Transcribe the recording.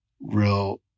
real